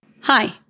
Hi